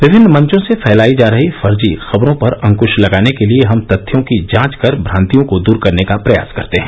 विभिन्न मंचों से फैलाई जा रहीं फर्जी खबरों पर अंक्श लगाने के लिए हम तथ्यों की जांच कर भ्रान्तियों को दूर करने का प्रयास करते हैं